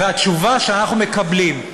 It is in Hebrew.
והתשובה שאנחנו מקבלים היא